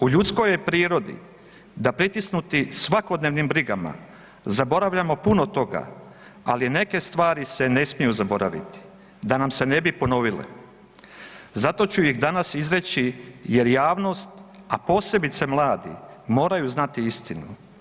U ljudskoj je prirodi da pritisnuti svakodnevnim brigama zaboravljamo puno toga, ali neke stvari se ne smiju zaboraviti, da nam se ne bi ponovile zato ću ih danas izreći jer javnost, a posebice mladi moraju znati istinu.